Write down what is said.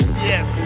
yes